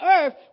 earth